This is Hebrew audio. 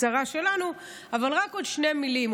הקצרה שלנו, אבל רק עוד שתי מילים.